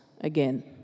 again